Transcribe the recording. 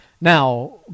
now